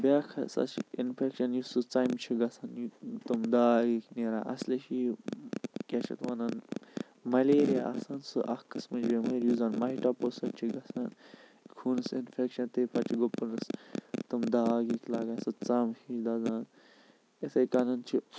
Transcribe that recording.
بیٛاکھ ہسا چھُ اِنفیٚکشَن یُس سُہ ژَمہِ چھُ گَژھان تِم داغ ہِوِۍ چھِ نیران اَصلی چھِ یِہِ کیٛاہ چھِ اَتھ وَنان مَلیرِیا آسان سُہ اَکھ قٕسمٕچ بیٚمٲرۍ یُس زَن مہۍ ٹۅپو سٟتۍ چھُ گَژھان خوٗنَس اِنفیٚکشَن تہٕ پَتہِ چھُ گُپنَس تِمہٕ داغ ہِی لَگان سُہ ژَم ہِش دَزان تِتھٕے کٔنۍ چھِ